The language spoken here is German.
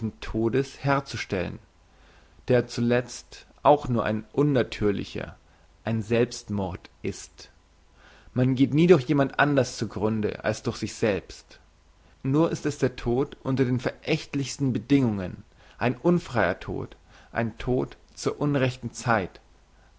todes herzustellen der zuletzt auch nur ein unnatürlicher ein selbstmord ist man geht nie durch jemand anderes zu grunde als durch sich selbst nur ist es der tod unter den verächtlichsten bedingungen ein unfreier tod ein tod zur unrechten zeit